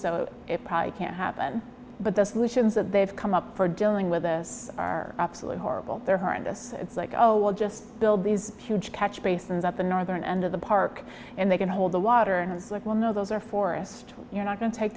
so it probably can't happen but the solutions that they've come up for dealing with this are absolutely horrible they're horrendous it's like oh we'll just build these huge catch basins up the northern end of the park and they can hold the water and look well no those are forest you're not going to take